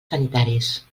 sanitaris